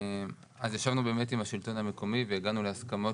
ישבנו באמת עם השלטון המקומי והגענו להסכמות